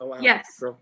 Yes